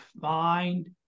find